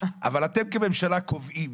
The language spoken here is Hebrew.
אבל אתם כממשלה קובעים